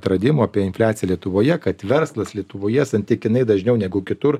atradimų apie infliaciją lietuvoje kad verslas lietuvoje santykinai dažniau negu kitur